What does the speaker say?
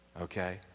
okay